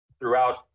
throughout